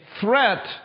threat